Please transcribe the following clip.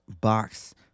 box